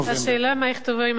השאלה היא מה יכתבו ההיסטוריונים,